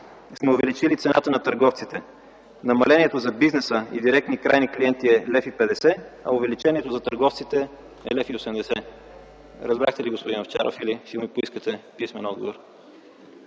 сме увеличили цената на търговците. Намалението за бизнеса и директни крайни клиенти е 1,50 лв., а увеличението за търговците е 1,80 лв. Разбрахте ли, господин Овчаров, или ще ми поискате писмен отговор?